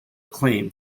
acclaim